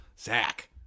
Zach